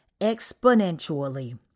exponentially